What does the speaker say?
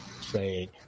say